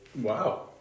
Wow